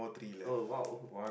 oh !wow!